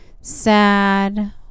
sad